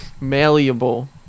Malleable